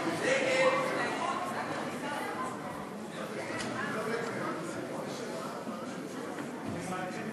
ההסתייגות לאחר סעיף 2 של חברת הכנסת